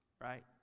right